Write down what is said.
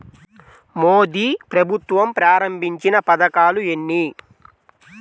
మోదీ ప్రభుత్వం ప్రారంభించిన పథకాలు ఎన్ని?